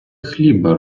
хліба